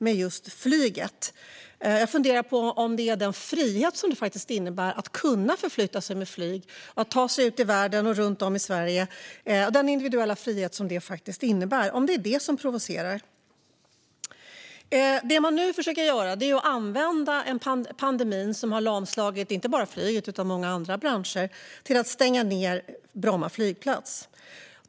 Kan det bero på den frihet det innebär att kunna förflytta sig med flyg, att ta sig ut i världen och runt om i Sverige? Är det den individuella frihet detta innebär som provocerar? Nu försöker man använda pandemin, som har lamslagit inte bara flyget utan även många andra branscher, till att stänga ned Bromma flygplats.